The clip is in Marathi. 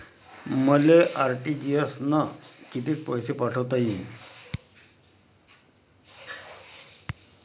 मले आर.टी.जी.एस न कितीक पैसे पाठवता येईन?